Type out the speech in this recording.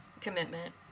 commitment